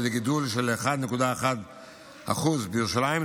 שזה גידול של 1.1% בירושלים,